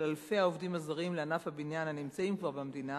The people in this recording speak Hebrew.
אלפי העובדים הזרים לענף הבניין הנמצאים כבר במדינה,